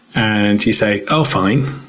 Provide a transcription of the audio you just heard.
and you say, oh, fine.